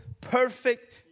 perfect